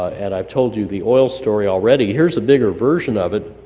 and i've told you the oil story already. here's a bigger version of it.